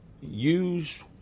use